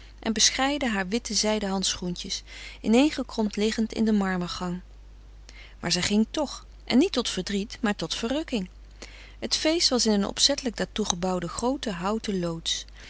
en beschreide haar witte zijden handschoentjes ineengekromd liggend in den marmergang maar zij ging toch en niet tot verdriet maar tot verrukking het feest was in een opzettelijk daartoe gebouwde groote houten loods